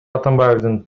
атамбаевдин